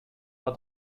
war